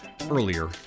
earlier